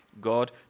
God